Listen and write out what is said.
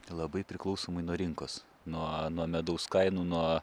labai priklausomai nuo rinkos nuo nuo medaus kainų nuo